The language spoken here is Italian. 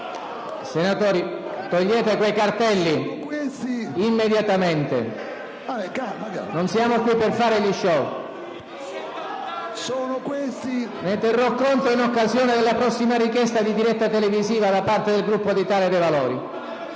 Colleghi, togliete quei cartelli, immediatamente! Non siamo qui per fare degli *show*. Ne terrò conto in occasione della prossima richiesta di diretta televisiva da parte del Gruppo dell'Italia dei Valori.